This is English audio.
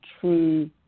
true